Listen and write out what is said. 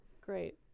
Great